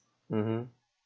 mmhmm